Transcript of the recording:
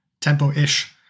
tempo-ish